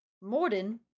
Morden